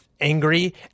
angry